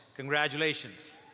congratulations.